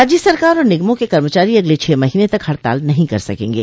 राज्य सरकार और निगमों के कर्मचारी अगले छह महीने तक हड़ताल नहीं कर सकेंगे